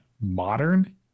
Modern